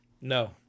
No